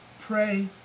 pray